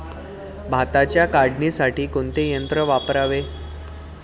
भाताच्या काढणीसाठी कोणते यंत्र वापरावे?